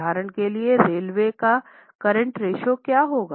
उदाहरण के लिए रेलवे का करंट रेश्यो क्या होगा